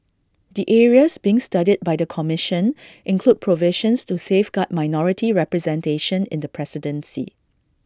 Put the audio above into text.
the areas being studied by the commission include provisions to safeguard minority representation in the presidency